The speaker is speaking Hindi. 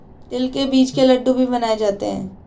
तिल के बीज के लड्डू भी बनाए जाते हैं